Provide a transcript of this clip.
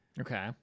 Okay